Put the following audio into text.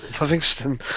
Livingston